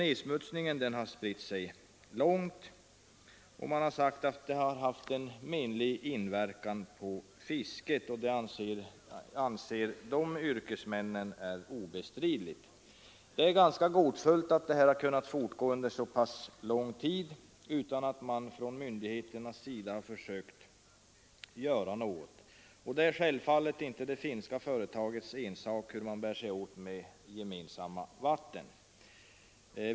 Nedsmutsningen har spritt sig långt, och man har sagt att den haft en menlig inverkan på fisket. Det anser yrkesmännen här är obestridligt. Det är gåtfullt att detta kunnat fortgå under så lång tid utan att myndigheterna försökt göra något. Det är självfallet inte det finska företagets ensak, hur man bär sig åt med gemensamma vatten.